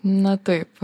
na taip